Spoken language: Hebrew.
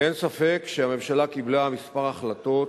ואין ספק שהממשלה קיבלה כמה החלטות